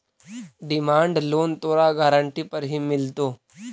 demand loan तोरा guarantee पर ही मिलतो